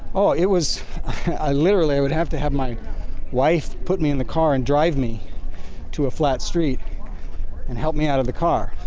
oh, it was i literally would have to have my wife put me in the car and drive me to a flat street and help me out of the car,